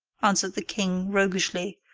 answered the king, roguishly,